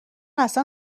اصلا